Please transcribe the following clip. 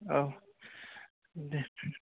औ दे